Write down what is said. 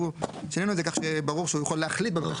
אנחנו שינינו את זה כך שיהיה ברור שהוא יוכל להחליט --- להחליט,